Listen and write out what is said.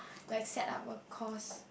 like set up a cause